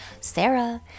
Sarah